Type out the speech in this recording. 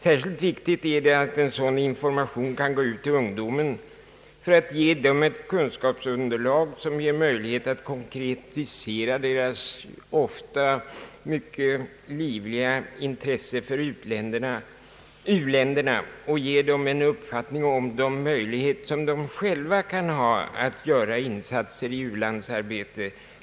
Särskilt viktigt är det att sådan information kan gå ut till ungdomen för att ge den ett kunskapsunderlag och därmed möjligheter att konkretisera sitt ofta mycket livliga intresse för u-länderna samt för att den skall få en uppfattning om sina egna möjligheter att göra insatser i u-landsarbetet.